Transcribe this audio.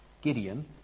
Gideon